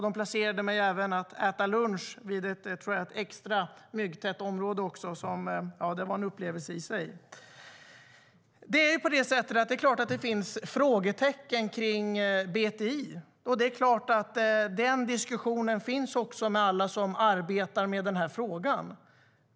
De placerade mig att äta lunch i ett extra myggtätt område, och det i sig var en upplevelse. Det är klart att det finns frågetecken kring BTI. Den diskussionen förs med alla som arbetar med frågan.